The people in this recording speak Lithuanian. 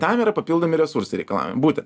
tam yra papildomi resursai reikalaujami būtent